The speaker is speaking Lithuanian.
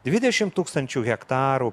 dvidešim tūkstančių hektarų